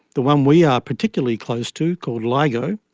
the one we are particularly close to called ligo,